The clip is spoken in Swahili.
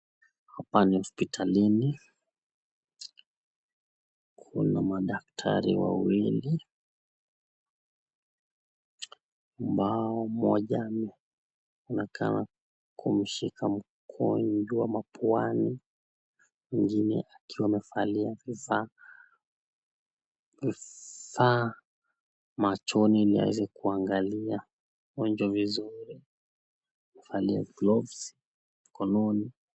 Hapa ni hosipitalini, kuna madaktari wawili ambao mmoja anakaa kumshika mgonjwa mapuani mwingine akiwa amevalia saa machoni hili aweze kuangalia mgonjwa vizuri amevalia gloves mkononi.